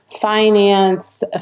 finance